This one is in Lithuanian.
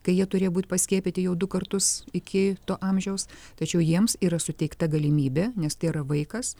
kai jie turėjo būt paskiepyti jau du kartus iki to amžiaus tačiau jiems yra suteikta galimybė nes tai yra vaikas